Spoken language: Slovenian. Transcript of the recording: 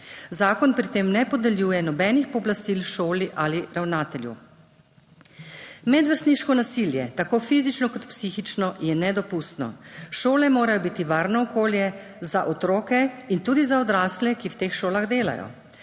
Zakon pri tem ne podeljuje nobenih pooblastil šoli ali ravnatelju. Medvrstniško nasilje, tako fizično kot psihično, je nedopustno. Šole morajo biti varno okolje za otroke in tudi za odrasle, ki v teh šolah delajo.